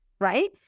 Right